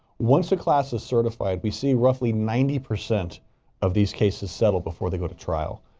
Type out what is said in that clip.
once the class is certified, we see roughly ninety percent of these cases settle before they go to trial.